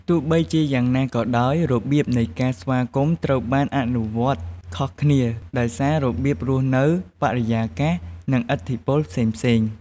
ទោះជាយ៉ាងណាក៏ដោយ របៀបនៃការស្វាគមន៍ត្រូវបានអនុវត្តខុសគ្នា ដោយសាររបៀបរស់នៅ បរិយាកាស និងឥទ្ធិពលផ្សេងៗ។